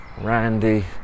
Randy